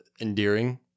endearing